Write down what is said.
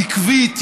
עקבית,